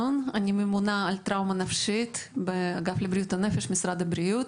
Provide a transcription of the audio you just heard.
ממונה על טראומה נפשית באגף לבריאות הנפש במשרד הבריאות.